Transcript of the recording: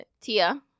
Tia